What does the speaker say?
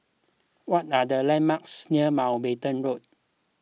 what are the landmarks near Mountbatten Road